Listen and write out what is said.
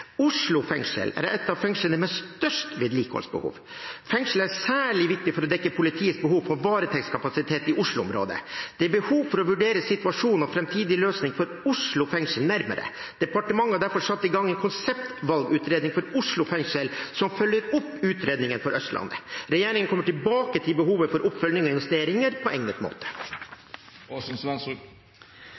Oslo fengsel er et av fengslene med størst vedlikeholdsbehov. Fengselet er særlig viktig for å dekke politiets behov for varetektskapasitet i Oslo-området. Det er behov for å vurdere situasjonen og den framtidige løsningen for Oslo fengsel nærmere. Departementet har derfor satt i gang en konseptvalgutredning for Oslo fengsel, som følger opp utredningen for Østlandet. Regjeringen kommer tilbake til behovene for oppfølging og investeringer på egnet måte.